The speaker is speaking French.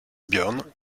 björn